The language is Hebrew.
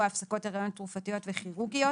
הפסקות הריון תרופתיות וכירורגיות".